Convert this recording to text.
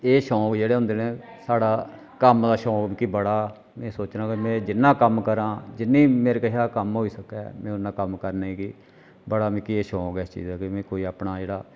एह् शौंक जेह्ड़े होंदे न साढ़ा कम्म शौक मिकी बी बड़ा में सोचना कि में जिन्ना बी कम्म करां जिन्नी मेरे कशा कम्म होई सकै में उन्ना कम्म करने गी बड़ा मिकी एह् शौक ऐ इस चीजा दा में अपना जेह्ड़ा